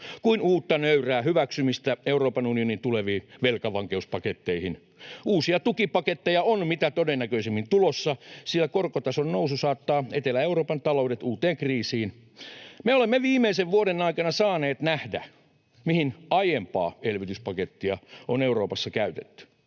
kuin uutta nöyrää hyväksymistä Euroopan unionin tuleviin velkavankeuspaketteihin. Uusia tukipaketteja on mitä todennäköisimmin tulossa, sillä korkotason nousu saattaa Etelä-Euroopan taloudet uuteen kriisiin. Me olemme viimeisen vuoden aikana saaneet nähdä, mihin aiempaa elvytyspakettia on Euroopassa käytetty.